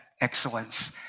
excellence